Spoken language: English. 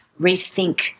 rethink